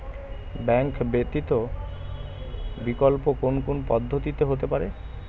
Bank ব্যতীত বিকল্প কোন কোন পদ্ধতিতে হতে পারে?